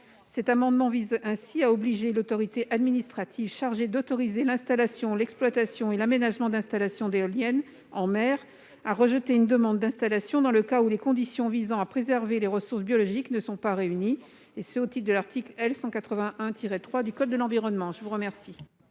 Cet amendement vise ainsi à obliger l'autorité administrative chargée d'autoriser l'installation, l'exploitation et l'aménagement d'installations éoliennes en mer à rejeter une demande d'installation dans le cas où les conditions visant à préserver les ressources biologiques ne sont pas réunies, et ce au titre de l'article L. 181-3 du code de l'environnement. Quel